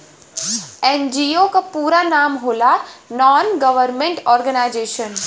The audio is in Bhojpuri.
एन.जी.ओ क पूरा नाम होला नान गवर्नमेंट और्गेनाइजेशन